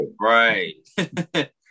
right